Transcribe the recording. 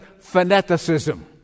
fanaticism